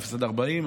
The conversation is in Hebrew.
0 40,